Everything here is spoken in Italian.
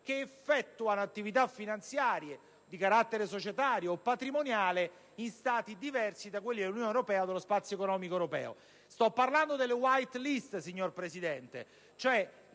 che svolgono attività finanziarie di carattere societario o patrimoniali in Stati diversi da quelli dell'Unione europea e dello spazio economico europeo. Sto parlando delle *white* *lists*, signora Presidente,